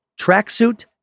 tracksuit